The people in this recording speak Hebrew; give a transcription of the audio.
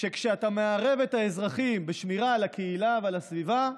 שכשאתה מערב את האזרחים בשמירה על הקהילה ועל הסביבה,